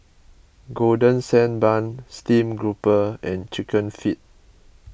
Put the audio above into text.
Golden Sand Bun Steamed Grouper and Chicken Feet